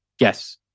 Yes